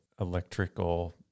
electrical